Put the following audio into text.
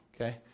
Okay